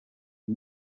and